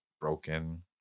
broken